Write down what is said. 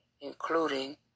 including